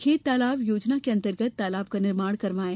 खेत तालाब योजना अन्तर्गत तालाब का निर्माण करवाएं